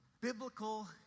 biblical